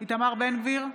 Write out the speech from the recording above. איתמר בן גביר,